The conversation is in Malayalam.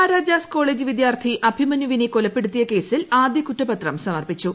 മഹാരാജാസ് കോളേജ് വിദ്യാർത്ഥി അഭിമന്യൂവിനെ കൊലപ്പെടുത്തിയ കേസിൽ ആദ്യകുറ്റപത്രം സമർപ്പിച്ചു